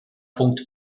punkt